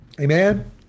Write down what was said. Amen